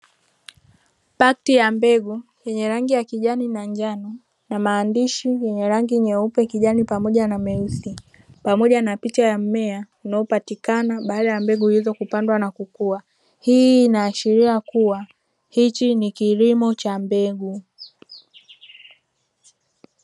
Pakti ya mbegu yenye rangi ya kijani na njano, na maandishi yenye rangi nyeupe, kijani pamoja na meusi, pamoja na picha ya mmea unaopatikana baada ya mbegu hizo kupandwa na kukua. Hii inaashiria kuwa hichi ni kilimo cha mbegu.